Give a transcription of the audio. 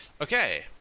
Okay